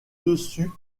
dessus